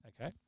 Okay